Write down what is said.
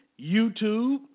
YouTube